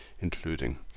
including